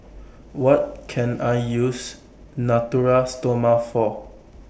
What Can I use Natura Stoma For